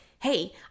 hey